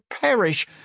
perish